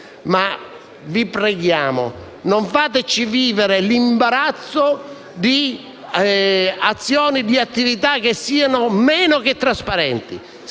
ma vi preghiamo: non fateci vivere l'imbarazzo di azioni e attività che siano meno che trasparenti.